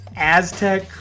Aztec